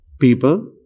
people